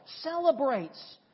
celebrates